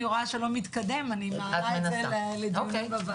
רואה שלא מתקדם אני מעלה את זה לדיון בוועדה.